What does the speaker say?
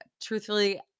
Truthfully